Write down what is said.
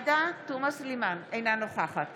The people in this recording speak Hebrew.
אינה נוכחת